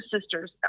sisters